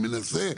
אני מנסה,